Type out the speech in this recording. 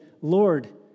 Lord